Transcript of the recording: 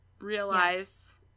realize